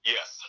Yes